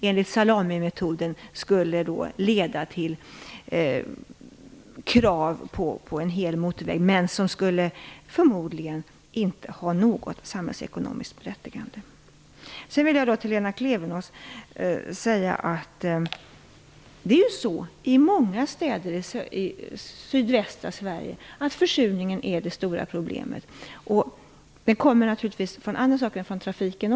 Enligt salamimetoden skulle det på sikt leda till krav på en hel motorväg som förmodligen inte skulle ha något samhällsekonomiskt berättigande. Till Lena Klevenås vill jag säga att försurningen är ju det stora problemet i många städer i sydvästra Sverige. Försurningen beror naturligtvis också på andra saker än trafiken.